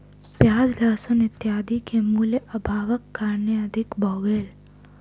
प्याज लहसुन इत्यादि के मूल्य, अभावक कारणेँ अधिक भ गेल